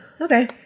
okay